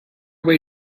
way